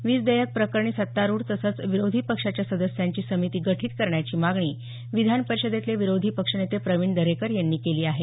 वीज देयक प्रकरणी सत्तारूढ तसंच विरोधी पक्षाच्या सदस्यांची समिती गठीत करण्याची मागणी विधान परिषदेतले विरोधी पक्षनेते प्रवीण दरेकर यांनी केली आहे